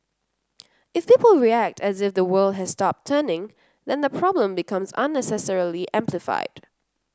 if people react as if the world has stopped turning then the problem becomes unnecessarily amplified